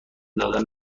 دادن